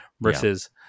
versus